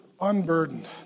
unburdened